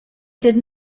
did